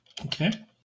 Okay